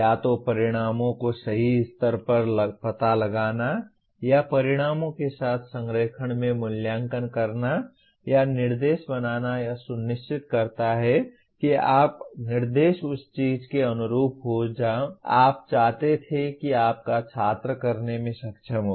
या तो परिणामों को सही स्तर पर पता लगाना या परिणामों के साथ संरेखण में मूल्यांकन करना या निर्देश बनाना यह सुनिश्चित करता है कि आपका निर्देश उस चीज के अनुरूप हो जो आप चाहते थे कि आपका छात्र करने में सक्षम हो